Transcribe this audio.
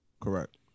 Correct